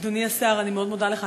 אדוני השר, אני מאוד מודה לך.